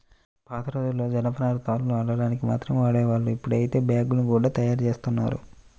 పాతరోజుల్లో జనపనారను తాళ్లు అల్లడానికి మాత్రమే వాడేవాళ్ళు, ఇప్పుడైతే బ్యాగ్గుల్ని గూడా తయ్యారుజేత్తన్నారు